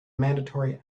mandatory